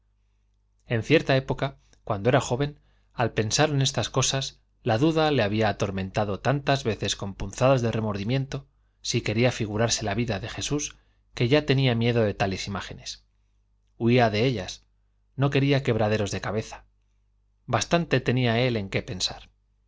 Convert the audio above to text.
en cierta época cuando era joven al pensar en estas cosas la duda le había atormentado tantas veces con punzadas de remordimiento si quería figurarse la vida de jesús que ya tenía miedo de tales imágenes huía de ellas no quería quebraderos de cabeza bastante tenía él en qué pensar